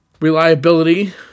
reliability